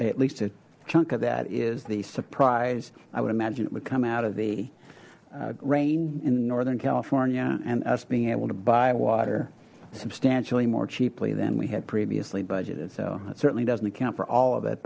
at least a chunk of that is the surprise i would imagine it would come out of the rain in northern california and us being able to buy water substantially more cheaply than we had previously budgeted so it certainly doesn't account for all of